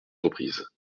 reprises